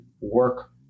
work